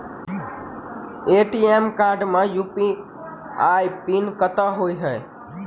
ATM card मे UPI PIN कतह होइ है?